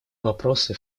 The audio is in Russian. вопросы